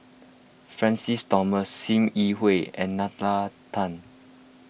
Francis Thomas Sim Yi Hui and Nalla Tan